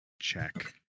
check